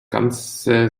ganze